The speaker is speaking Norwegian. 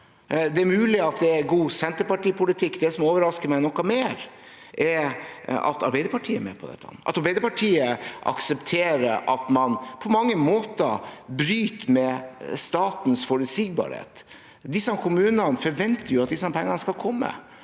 Det er mulig at det er god Senterparti-politikk. Det som overrasker meg noe mer, er at Arbeiderpartiet er med på dette, at Arbeiderpartiet aksepterer at man på mange måter bryter med statens forutsigbarhet. Disse kommunene forventer jo at disse pengene skal komme.